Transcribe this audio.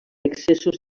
excessos